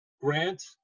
Grant